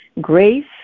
Grace